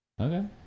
Okay